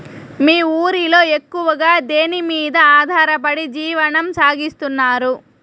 మీ ఊరిలో ఎక్కువగా దేనిమీద ఆధారపడి జీవనం సాగిస్తున్నారు?